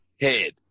head